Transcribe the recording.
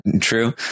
true